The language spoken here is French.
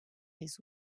les